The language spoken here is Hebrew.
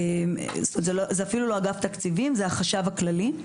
זה אפילו לא אגף התקציבים אלא זה החשב הכללי.